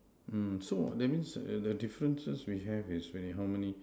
mm so that means the differences we have is how many